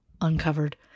uncovered